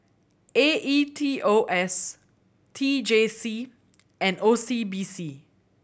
A E T O S T J C and O C B C